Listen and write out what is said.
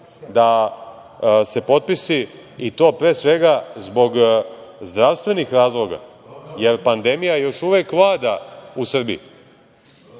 da se potpisi i to pre svega zbog zdravstvenih razloga, jer pandemija još uvek vlada u Srbiji,